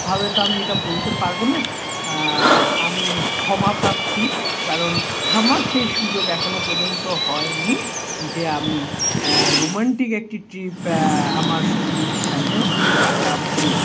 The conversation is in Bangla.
ভাবে তো আমি এটা বলতে পারব না আমি ক্ষমাপ্রার্থী কারণ আমার সে সুযোগ এখনও পর্যন্ত হয়নি যে আমি রোমান্টিক একটি ট্রিপ আমার সঙ্গিনীর সাথে কাটাব